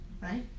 right